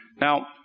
Now